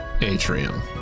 Atrium